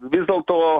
vis dėl to